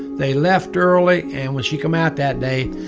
they left early, and when she came out that day,